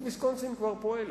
תוכנית ויסקונסין כבר פועלת,